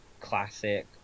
classic